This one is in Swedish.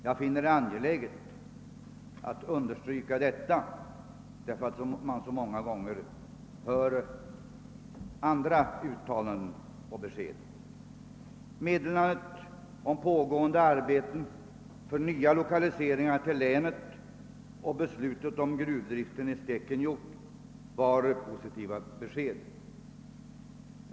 Jag finner det angeläget att understryka detta, därför att man så många gånger hör andra uttalanden och besked. Meddelandet om pågående arbeten för nya lokaliseringar till Västerbottens län och beslutet om gruvdriften i Stekenjokk är positiva besked.